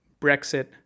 Brexit